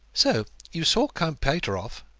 so you saw count pateroff,